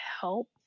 help